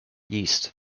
yeast